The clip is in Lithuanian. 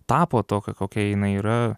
tapo tokia kokia jinai yra